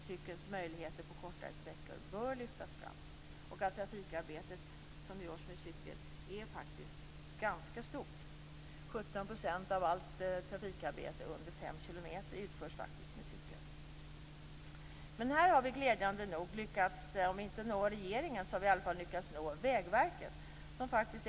Cykelns möjligheter på kortare sträckor bör verkligen lyftas fram. Det trafikarbete som görs med cykel är ganska stort - 17 % av allt trafikarbete under 5 km utförs faktiskt med cykel. Även om vi inte har nått regeringen så har vi i alla fall, glädjande nog, lyckats nå Vägverket i den här frågan.